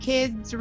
Kids